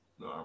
No